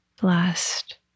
blessed